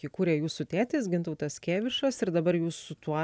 įkūrė jūsų tėtis gintautas kėvišas ir dabar jūs su tuo